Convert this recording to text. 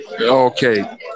Okay